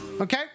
Okay